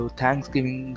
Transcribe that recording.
thanksgiving